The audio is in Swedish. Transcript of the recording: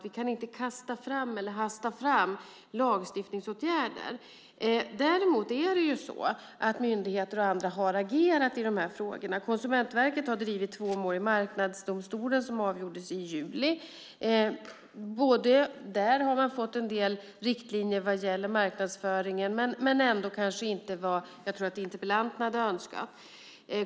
Vi kan inte hasta fram lagstiftningsåtgärder. Däremot har myndigheter och andra agerat i dessa frågor. Konsumentverket har drivit två mål i Marknadsdomstolen; målen avgjordes i juli. Man har därmed fått en del riktlinjer vad gäller marknadsföringen, även om det kanske inte var det som jag tror att interpellanten hade önskat.